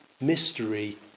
mystery